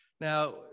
Now